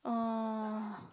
oh